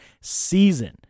season